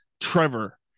Trevor